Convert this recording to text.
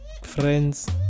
friends